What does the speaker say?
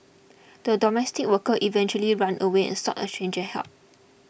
the domestic worker eventually ran away and sought a stranger's help